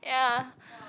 ya